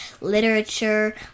literature